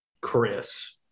Chris